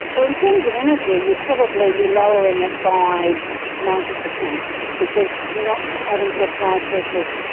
but in terms of energy you'd probably be lowering it by ninety percent because you're not having to apply pressures.